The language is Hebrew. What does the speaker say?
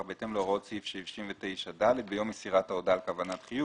בהתאם להוראות סעיף 69(ד) ביום מסירת ההודעה על כוונת חיוב.